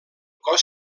cos